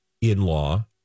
in-law